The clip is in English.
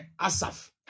Asaf